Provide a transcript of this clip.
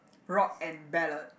rock and ballad